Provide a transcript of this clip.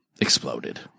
exploded